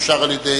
עכשיו אנחנו